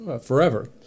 forever